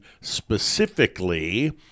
specifically